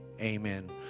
amen